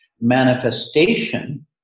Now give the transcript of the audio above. manifestation